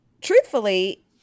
truthfully